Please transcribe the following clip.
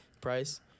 price